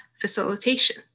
facilitation